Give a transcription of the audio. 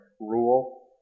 rule